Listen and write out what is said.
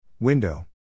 Window